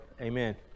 Amen